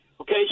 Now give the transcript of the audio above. Okay